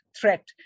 threat